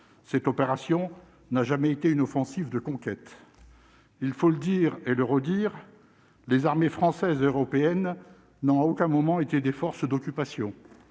cette opération n'a jamais été une offensive de conquête, il faut le dire et le redire, les armées françaises, européennes, non, à aucun moment, étaient des forces d'occupation